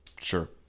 Sure